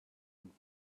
und